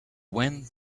wind